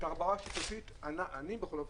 תחבורה שיתופית אני בכל אופן,